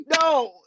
No